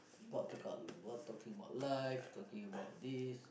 talking about life talking about this